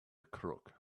crook